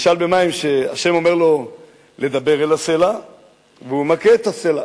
ה' אומר לו לדבר אל הסלע והוא מכה את הסלע.